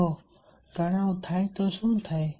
જો તણાવ થાય તો શું થાય